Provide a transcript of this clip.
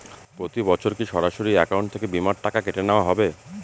প্রতি বছর কি সরাসরি অ্যাকাউন্ট থেকে বীমার টাকা কেটে নেওয়া হবে?